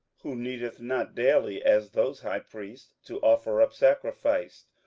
who needeth not daily, as those high priests, to offer up sacrifice,